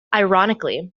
ironically